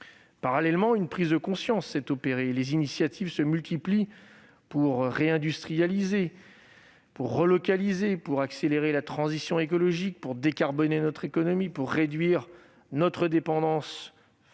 Parallèlement, une prise de conscience a eu lieu et les initiatives se multiplient pour réindustrialiser, relocaliser, accélérer la transition écologique, décarboner notre économie, réduire notre dépendance